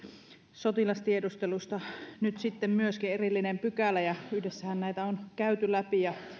sotilastiedustelusta nyt siitä sitten on myöskin erillinen pykälä ja yhdessähän näitä on käyty läpi ja